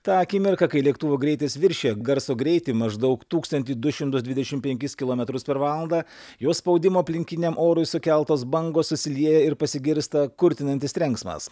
tą akimirką kai lėktuvo greitis viršija garso greitį maždaug tūkstantį du šimtus dvidešimt penkis kilometrus per valandą jo spaudimo aplinkiniam orui sukeltos bangos susilieja ir pasigirsta kurtinantis trenksmas